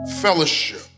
fellowship